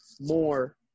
more